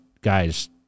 Guys